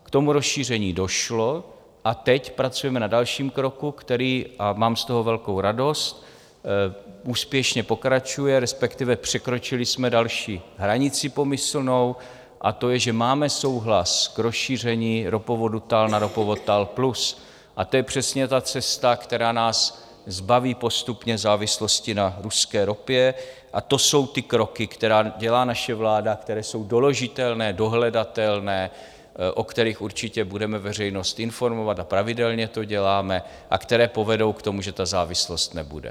K tomu rozšíření došlo a teď pracujeme na dalším kroku, který a mám z toho velkou radost úspěšně pokračuje, respektive překročili jsme další hranici pomyslnou, a to je, že máme souhlas k rozšíření ropovodu TAL na ropovod TAL Plus, a to je přesně ta cesta, která nás zbaví postupně závislosti na ruské ropě, a to jsou ty kroky, které dělá naše vláda, které jsou doložitelné, dohledatelné, o kterých určitě budeme veřejnost informovat, a pravidelně to děláme, a které povedou k tomu, že ta závislost nebude.